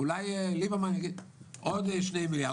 אולי ליברמן ייתן עוד שני מיליארד,